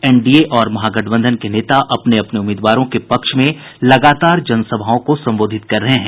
NDA और महागठबंधन के नेता अपने अपने उम्मीदवारों के पक्ष में लगातार जनसभाओं को संबोधित कर रहे हैं